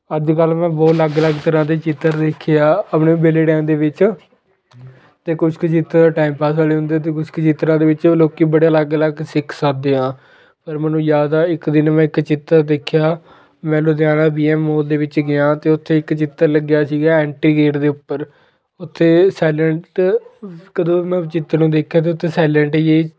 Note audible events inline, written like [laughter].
ਅੱਜ ਕੱਲ੍ਹ ਮੈਂ ਬਹੁਤ ਅਲੱਗ ਅਲੱਗ ਤਰ੍ਹਾਂ ਦੇ ਚਿੱਤਰ ਦੇਖੇ ਆ ਆਪਣੇ ਵਿਹਲੇ ਟਾਇਮ ਦੇ ਵਿੱਚ ਅਤੇ ਕੁਸ਼ ਕੁ ਚਿੱਤਰ ਟਾਈਮਪਾਸ ਵਾਲੇ ਹੁੰਦੇ ਅਤੇ ਕੁਸ਼ ਕੁ ਚਿੱਤਰਾਂ ਦੇ ਵਿੱਚ ਲੋਕ ਬੜੇ ਅਲੱਗ ਅਲੱਗ ਸਿੱਖ ਸਕਦੇ ਹਾਂ ਅ ਮੈਨੂੰ ਯਾਦ ਆ ਇੱਕ ਦਿਨ ਮੈਂ ਇੱਕ ਚਿੱਤਰ ਦੇਖਿਆ ਮੈਂ ਲੁਧਿਆਣਾ ਬੀ ਐੱਮ ਮੋਲ ਦੇ ਵਿੱਚ ਗਿਆ ਅਤੇ ਉੱਥੇ ਇੱਕ ਚਿੱਤਰ ਲੱਗਿਆ ਸੀਗਾ ਐਂਟੀ ਗੇਟ ਦੇ ਉੱਪਰ ਉੱਥੇ ਸੇਲੈਂਟ [unintelligible] ਚਿੱਤਰ ਨੂੰ ਦੇਖਿਆ ਅਤੇ ਉੱਥੇ ਸੇਲੈਂਟ ਜਿਹੀ